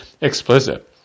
explicit